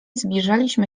zbliżaliśmy